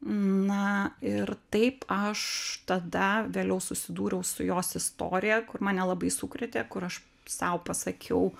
na ir taip aš tada vėliau susidūriau su jos istorija kur mane labai sukrėtė kur aš sau pasakiau